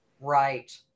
right